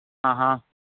ആ ഹാ